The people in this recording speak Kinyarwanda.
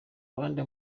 abandi